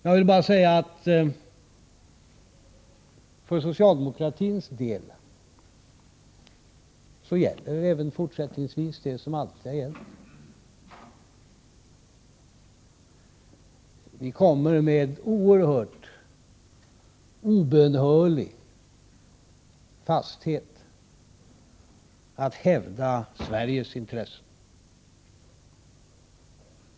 Jag vill bara säga att för socialdemokratins del gäller även fortsättningsvis det som alltid har gällt: Vi kommer med obönhörlig fasthet att hävda Sveriges intressen.